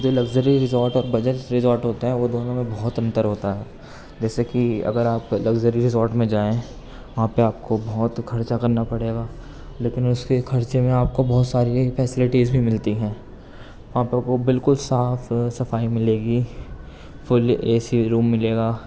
جو luxury resort اور budget resort ہوتا ہے وہ دونوں میں بہت انتر ہوتا ہے جیسے کہ اگر آپ لگژری ریزورٹ میں جائیں وہاں پہ آپ کو بہت خرچہ کرنا پڑے گا لیکن اس کے خرچہ میں آپ کو بہت ساری فیسیلیٹیز بھی ملتی ہیں وہاں پہ آپ کو بالکل صاف صفائی ملے گی فل اے سی روم ملے گا